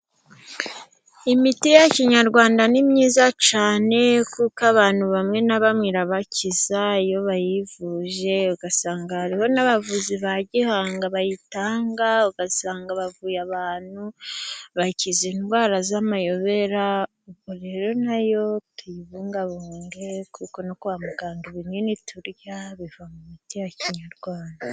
Imiti ya kinyarwanda ni myiza cyane kuko abantu bamwe na bamwe irabakiza iyo bayivuje, ugasanga hari n'abavuzi ba gihanga bayitanga ugasanga bavuye abantu bakize indwara z'amayobera. Rero n'ayo tuyibungabunge kuko no kwa muganga ibinini turya biva mu miti ya kinyarwanda.